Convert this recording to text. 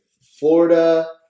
Florida